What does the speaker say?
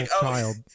child